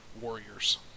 Warriors